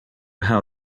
how